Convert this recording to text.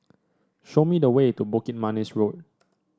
show me the way to Bukit Manis Road